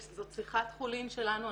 זאת שיחת חולין שלנו,